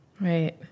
Right